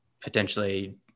potentially